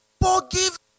Forgive